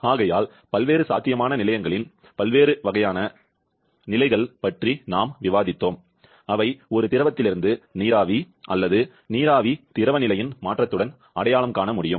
ஆகையால் பல்வேறு சாத்தியமான நிலையின் ங்கள் பல்வேறு வகையான உடல் நிலைகள் பற்றி நாம் விவாதித்தோம் அவை ஒரு திரவத்திலிருந்து நீராவி அல்லது நீராவி திரவ நிலையின் மாற்றத்துடன் அடையாளம் காண முடியும்